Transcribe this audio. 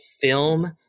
film